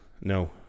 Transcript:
No